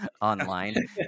online